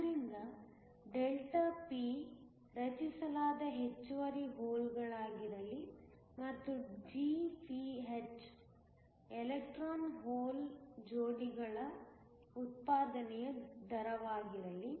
ಆದ್ದರಿಂದ Δp ರಚಿಸಲಾದ ಹೆಚ್ಚುವರಿ ಹೋಲ್ಗಳಾಗಿರಲಿ ಮತ್ತು Gph ಎಲೆಕ್ಟ್ರಾನ್ ಹೋಲ್ ಜೋಡಿಗಳ ಉತ್ಪಾದನೆಯ ದರವಾಗಿರಲಿ